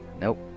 Nope